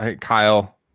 Kyle